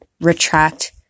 Retract